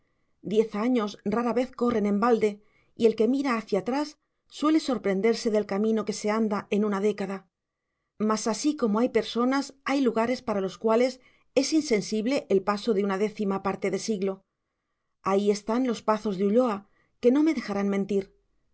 diez años rara vez corren en balde y el que mira hacia atrás suele sorprenderse del camino que se anda en una década mas así como hay personas hay lugares para los cuales es insensible el paso de una décima parte de siglo ahí están los pazos de ulloa que no me dejarán mentir